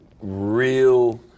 real